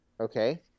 Okay